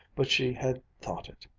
but she had thought it.